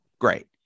great